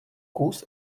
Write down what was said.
kus